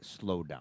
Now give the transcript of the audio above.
slowdown